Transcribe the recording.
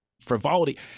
frivolity